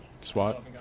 Swat